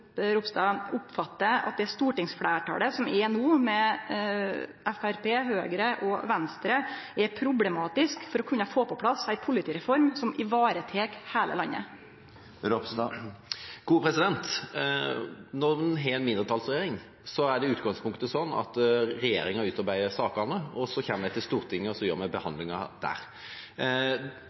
Ropstad oppfattar at det stortingsfleirtalet som er no, med Framstegspartiet, Høgre og Venstre, er problematisk med tanke på å få på plass ei politireform som tek vare på heile landet. Når en har en mindretallsregjering, er det i utgangspunktet sånn at regjeringa utarbeider sakene. Så kommer de til Stortinget, og så behandler vi dem der.